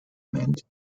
meant